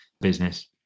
business